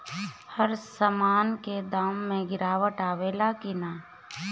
हर सामन के दाम मे गीरावट आवेला कि न?